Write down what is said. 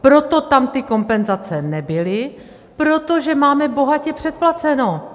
Proto tam ty kompenzace nebyly, protože máme bohatě předplaceno!